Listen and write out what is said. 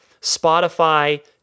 Spotify